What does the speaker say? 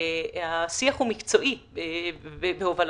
השיח הוא מקצועי בהובלתכם,